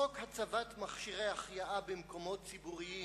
חוק הצבת מכשירי החייאה במקומות ציבוריים,